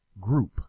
group